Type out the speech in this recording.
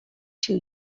two